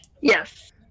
yes